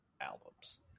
albums